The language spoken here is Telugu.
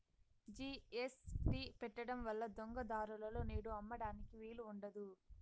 జీ.ఎస్.టీ పెట్టడం వల్ల దొంగ దారులలో నేడు అమ్మడానికి వీలు ఉండదు